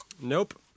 Nope